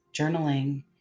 journaling